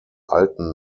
alten